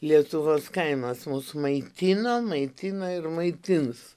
lietuvos kaimas mus maitino maitina ir maitins